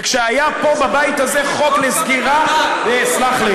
וכשהיה פה בבית הזה חוק לסגירת, דחוף את